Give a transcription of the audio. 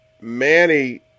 Manny